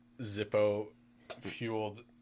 Zippo-fueled